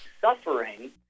suffering